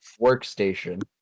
workstation